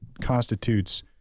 constitutes